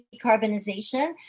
decarbonization